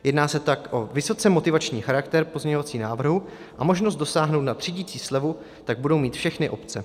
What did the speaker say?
Jedná se tak o vysoce motivační charakter pozměňovacího návrhu a možnost dosáhnout na třídicí slevu tak budou mít všechny obce.